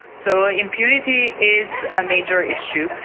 so impunity is a major issue.